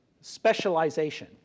specialization